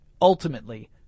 Ultimately